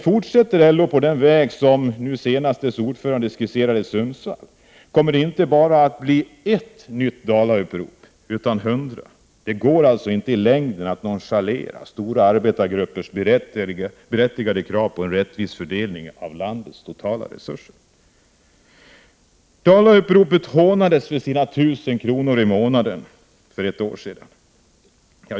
Fortsätter LO på den väg som nu senast dess ordförande skisserat i Sundsvall, kommer det inte att bli bara ett nytt Dalaupprop utan hundra. Det går inte i längden att nonchalera stora arbetargruppers berättigade krav på en rättvis fördelning av landets totala resurser. Dalauppropet hånades för kravet på 1 000 kr. i månaden för ett år sedan.